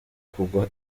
kugwa